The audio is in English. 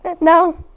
no